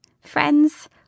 friends